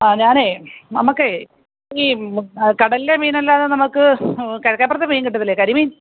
ആ ഞാൻ നമുക്ക് ഈ കടലിലെ മീൻ അല്ലാതെ നമുക്ക് കിഴക്കേപ്പുറത്തെ മീൻ കിട്ടത്തില്ലേ കരിമീൻ